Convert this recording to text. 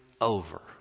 over